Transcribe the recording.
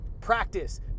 Practice